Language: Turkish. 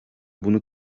bunu